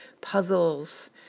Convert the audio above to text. puzzles